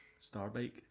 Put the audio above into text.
Starbike